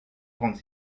trente